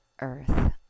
earth